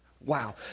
Wow